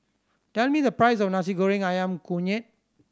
tell me the price of Nasi Goreng Ayam Kunyit